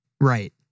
Right